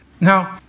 Now